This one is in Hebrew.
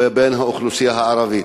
באוכלוסייה הערבית.